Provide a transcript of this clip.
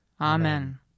Amen